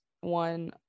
one